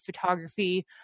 photography